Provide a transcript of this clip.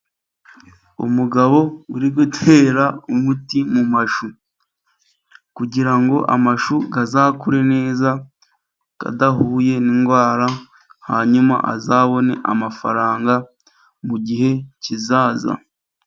Umugabo uri gutera umuti mu mashu kugira ngo amashu azakure neza adahuye n'indwara, hanyuma azabone amafaranga mu gihe kizaza.